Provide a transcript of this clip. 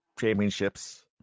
championships